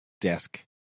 Desk